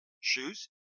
shoes